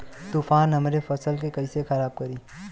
तूफान हमरे फसल के कइसे खराब करी?